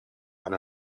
and